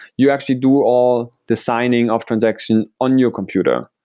you actually do all the signing of transaction on your computer.